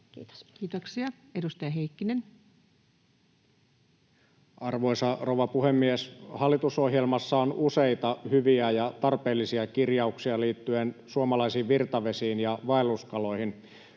Kiitoksia. — Edustaja Heikkinen. Arvoisa rouva puhemies! Hallitusohjelmassa on useita hyviä ja tarpeellisia kirjauksia liittyen suomalaisiin virtavesiin ja vaelluskaloihin.